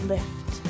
Lift